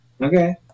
Okay